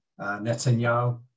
Netanyahu